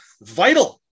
vital